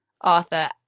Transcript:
Arthur